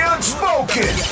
Unspoken